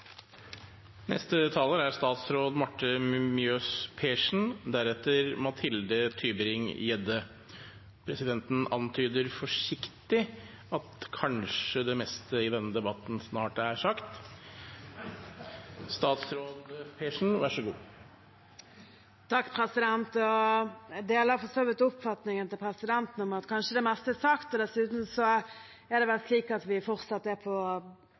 Presidenten antyder forsiktig at det meste i denne debatten kanskje snart er sagt. Jeg deler for så vidt oppfatningen til presidenten om at det meste kanskje er sagt. Dessuten er det vel slik at vi fortsatt er på